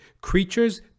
creatures